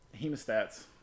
hemostats